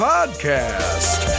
Podcast